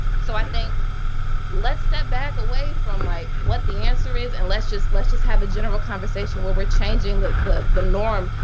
so i think let's step back away from like what the answer is. and let's just let's just have a general conversation where we're changing the the norm.